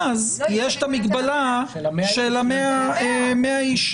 את המגבלה של ה-100 איש,